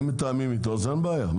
אם מתאמים איתו אין בעיה.